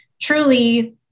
truly